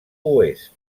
oest